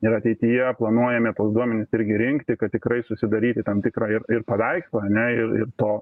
ir ateityje planuojame tuo duomenis irgi rinkti kad tikrai susidaryti tam tikrą ir ir paveikslą ane ir ir to